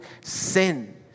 sin